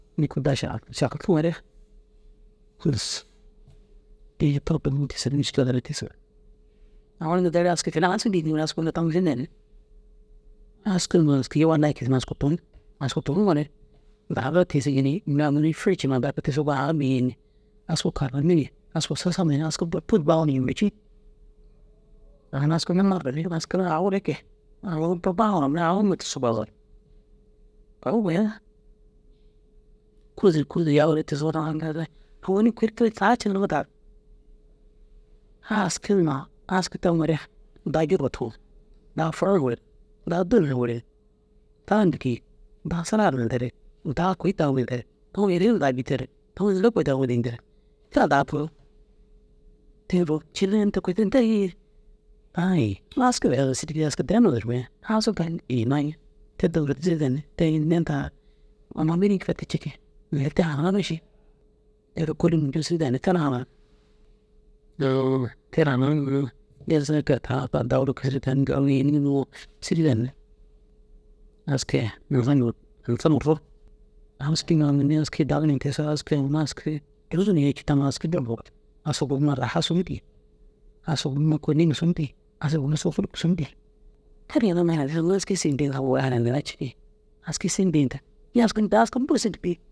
kûrsu mîškila danne tigisig aũ daare « filan aski dîi » ntigire askuu mire taŋoo sîri danni. Aski ŋoo aski wallayi kisiŋa askuu tun. Askuu tunuŋoore daree kisigini mire ogon furcima goni aga bii yen askuu karaniŋini askuu sasamni ini askuu bur pot baaŋoo ni himecii tan askuu nanardir askuu mire aũ rege agu bur baŋoo mere aũ tusuu bazuk agu mire kûrsu kûrsu yaŋire tigisoo na inda re ogoni kuri tira saga ciiŋa nufadaar a aski numa aski taŋoore daa ciire tun daa fura ni wereniŋ daa dô ni wereniŋ daa ŋiki daa saraga na nterig. daa kôi dagima nterig daŋuŋoo yalii numa daa bîyi terig daŋuŋoo neere kôi daguma daa nterig cirrii yenim kui tira nderiñir a he aski daa ussu digi askuu dinare dirrime askuu gali ai numay te te înni inda amma mîri ncufatii cikii neere te hananume ši deri kolum ŋoo sîri danni te na tan dagu ru kisir teniŋi gii aũ edinŋoo sîri danni askii-a nizam nizam wûru aski ŋa ogoni aski dagir nigisoo aski huma aski aski daa bur aski guri raha sun dîi. Aski guri kôoli nima sun dîi aski guri sîri hun dîi ere ginna amma gura aski sindigaa gura harayindinna cikii aski sîri dîi aski bur sîri dîi